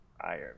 Iron